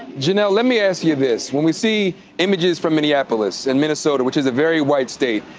janell, let me ask you this. when we see images from minneapolis and minnesota which is a very white state,